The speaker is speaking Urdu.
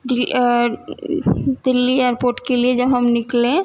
دلی ایئرپورٹ کے لیے جب ہم نکلیں